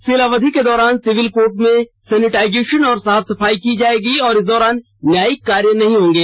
seal अवधि के दौरान सिविल कोर्ट में सैनिटाइजेशन और साफ सफाई की जाएगी और इस दौरान न्यायिक कार्य नहीं होंगे